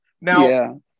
Now